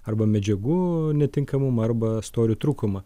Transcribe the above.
arba medžiagų netinkamumą arba storio trūkumą